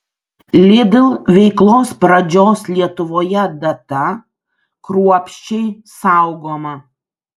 lidl veiklos pradžios lietuvoje data kruopščiai saugoma